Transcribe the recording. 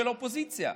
של האופוזיציה.